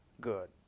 good